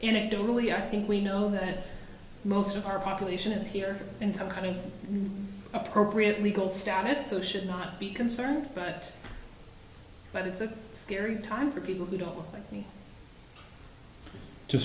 anecdotally i think we know that most of our population is here in some kind of appropriate legal status so should not be concerned but but it's a scary time for people who don't like me